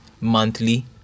monthly